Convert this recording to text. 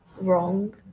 wrong